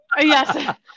Yes